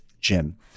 Jim